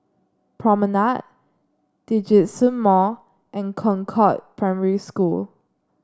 Promenade Djitsun Mall and Concord Primary School